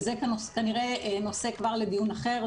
וזה כנראה נושא כבר לדיון אחר,